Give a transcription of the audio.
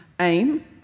AIM